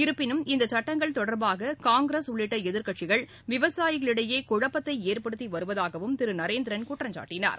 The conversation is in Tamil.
இருப்பினும் இந்த சட்டங்கள் தொடர்பாக காங்கிரஸ் உள்ளிட்ட எதிர்க்கட்சிகள் விவசாயிகளிடையே குழப்பத்தை ஏற்படுத்தி வருவதாகவும் திரு நரேந்திரன் குற்றம் சாட்டினார்